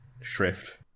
shrift